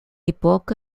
époque